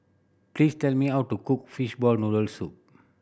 please tell me how to cook fishball noodle soup